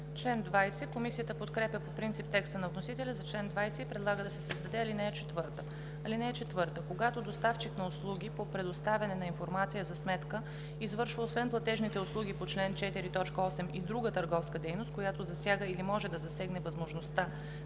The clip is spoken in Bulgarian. АНГЕЛОВА: Комисията подкрепя по принцип текста на вносителя за чл. 20 и предлага да се създаде ал. 4: „(4) Когато доставчик на услуги по предоставяне на информация за сметка извършва освен платежните услуги по чл. 4, т. 8 и друга търговска дейност, която засяга или може да засегне възможността